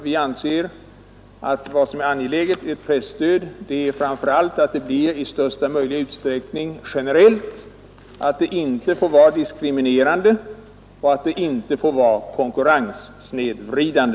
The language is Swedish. Vi anser att vad som är angeläget vid ett presstöd är framför allt att det blir i största möjliga utsträckning generellt, det får inte vara diskriminerande och det får inte vara konkurrenssnedvridande.